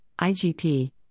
IGP